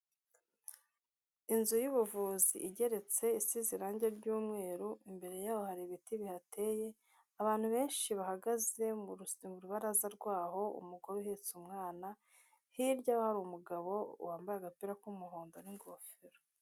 Inzu y'ubuvuzi igeretse isize irangi ry'umweru, imbere yayo hari ibiti bihateye, abantu benshi bahagaze mu rubaraza rwaho umugore uhetse umwana, hirya yaho hari umugabo wambaye agapira k'umuhondo n'ingofero.